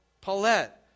Paulette